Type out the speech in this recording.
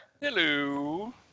Hello